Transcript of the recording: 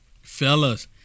fellas